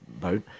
boat